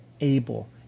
able